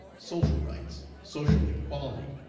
social rights, social equality,